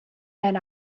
mewn